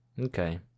Okay